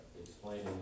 explaining